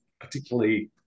particularly